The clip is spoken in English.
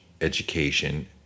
education